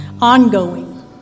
ongoing